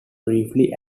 briefly